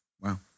Wow